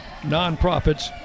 nonprofits